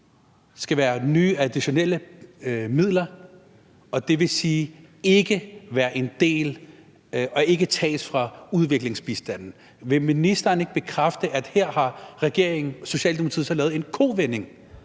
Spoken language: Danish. skal være nye, additionelle midler, og det vil sige, at den ikke skal være en del af og ikke tages fra udviklingsbistanden? Vil ministeren ikke bekræfte, at her har regeringen og Socialdemokratiet så lavet en kovending,